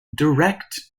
direct